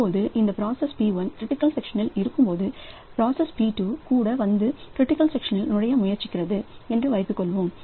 இப்போது இந்த process critical செக்ஷனில் இருக்கும்போதுபிராசஸ் P2 கூட வந்துக்ரிட்டிக்கல் செக்ஷனில் நுழைய முயற்சிக்கிறது என்று வைத்துக்கொள்வோம்